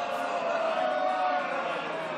או-אה.